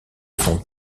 son